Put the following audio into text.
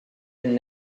been